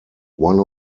one